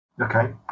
Okay